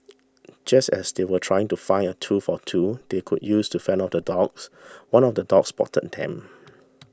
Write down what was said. just as they were trying to find a tool for two they could use to fend off the dogs one of the dogs spotted them